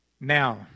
Now